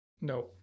No